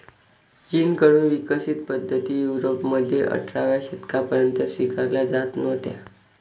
चीन कडून विकसित पद्धती युरोपमध्ये अठराव्या शतकापर्यंत स्वीकारल्या जात नव्हत्या